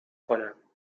کنم